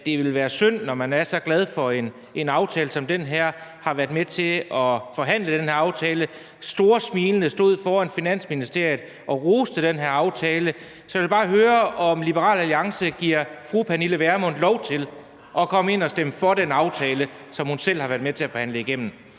det er synd, når man er så glad for en aftale som den her, har været med til at forhandle den her aftale og storsmilende stod foran Finansministeriet og roste den her aftale. Så jeg vil bare høre, om Liberal Alliance giver fru Pernille Vermund lov til at komme ind at stemme for den aftale, som hun selv har været med til at forhandle igennem.